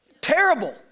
terrible